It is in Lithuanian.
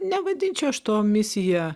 nevadinčiau aš to misija